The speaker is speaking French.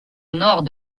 nord